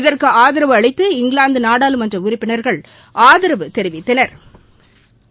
இதற்கு ஆதரவு அளித்து இங்கிலாந்து நாடாளுமன்ற உறுப்பினா்கள் ஆதரவு தெரிவித்தனா்